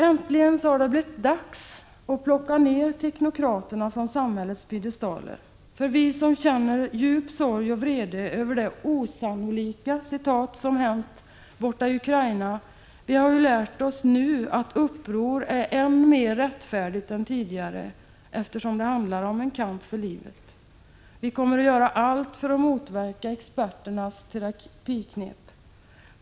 Äntligen har det blivit dags att plocka ned teknokraterna från 29 maj 1986 samhällets piedestaler. Vi som känner djup sorg och vrede över det ”osannolika” som har hänt i Ukraina har lärt oss att uppror är ännu mera Åtgärder med anledrättfärdigt än det tidigare varit. Det handlar ju om en kamp för livet. Vi "ingav kärnkraftskommer att göra allt för att motverka experternas terapiknep.